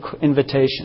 invitation